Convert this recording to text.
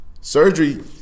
Surgery